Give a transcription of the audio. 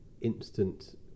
instant